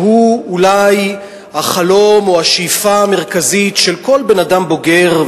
שהוא אולי החלום או השאיפה המרכזית של כל בן-אדם בוגר,